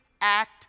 act